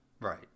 right